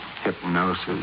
hypnosis